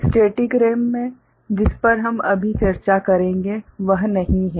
static RAM में जिस पर हम अभी चर्चा करेंगे वह नहीं है